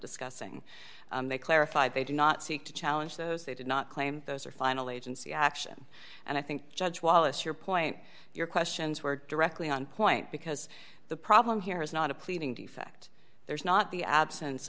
discussing they clarified they did not seek to challenge those they did not claim those are finally agency action and i think judge wallace your point your questions were directly on point because the problem here is not a pleading defect there's not the absence